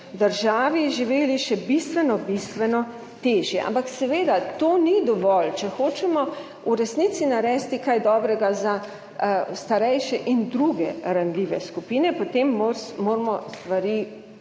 državi živeli še bistveno, bistveno težje. Ampak seveda to ni dovolj. Če hočemo v resnici narediti kaj dobrega za starejše in druge ranljive skupine, potem moramo stvari